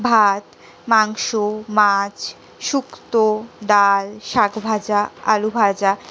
ভাত মাংস মাছ শুক্তো ডাল শাকভাজা আলুভাজা